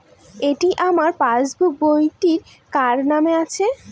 এটি আমার পাসবুক বইটি কার নামে আছে?